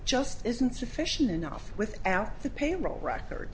just isn't sufficient enough without the payroll record